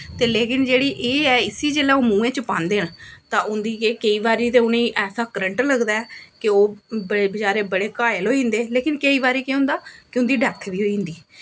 ते लेकिन जेह्ड़ी एह् ऐ इसी जेल्लै ओह् मुहैं च पांदे न तां होंदी केह् केईं बारी ते उ'नेंगी ऐसा करंट लगदा ऐ कि ओह् बचैरे बड़े घ्याएल होई जंदे लेकिन केईं बारी केह् होंदा कि उं'दी डैथ बी होई जंदी